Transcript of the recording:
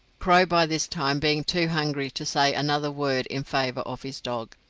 crow by this time being too hungry to say another word in favour of his dog.